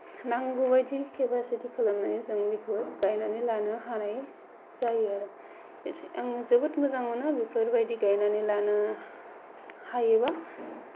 नांगौ बायदि केपासिटि खालामनानै जों बेखौ गायनानै लानो हानाय जायो आरो बिदि आं जोबोद मोजां मोनो बेफोरबायदि गायनानै लानो हायोब्ला